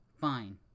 Fine